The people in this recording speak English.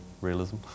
realism